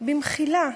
'במחילה,